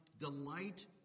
delight